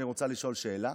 אני רוצה לשאול שאלה.